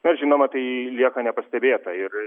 na žinoma tai lieka nepastebėta ir